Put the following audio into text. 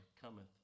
cometh